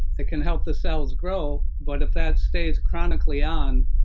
it can help the cells grow. but if that stays chronically on,